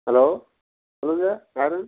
hello சொல்லுங்கள் யார்